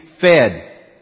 fed